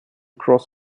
cross